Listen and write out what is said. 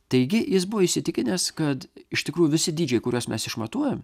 taigi jis buvo įsitikinęs kad iš tikrųjų visi dydžiai kuriuos mes išmatuojam